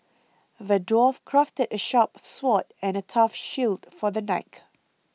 the dwarf crafted a sharp sword and a tough shield for the knight